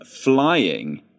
flying